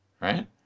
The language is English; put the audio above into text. right